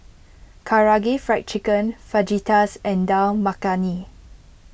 Karaage Fried Chicken Fajitas and Dal Makhani